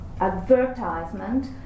advertisement